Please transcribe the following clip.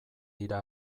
dira